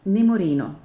Nemorino